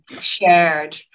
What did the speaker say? shared